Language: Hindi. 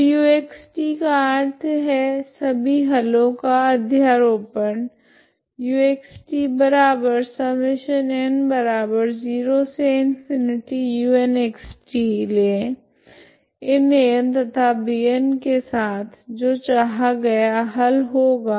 तो uxt का अर्थ है सभी हलो का अध्यारोपण ले इन An तथा Bn के साथ जो चाहा गया हल होगा